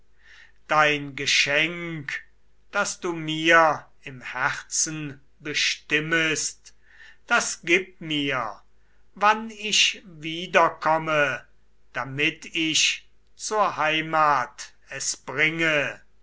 dein geschenk das du mir im herzen bestimmest das gib mir wann ich wiederkomme damit ich zur heimat es bringe